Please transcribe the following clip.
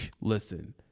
listen